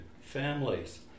families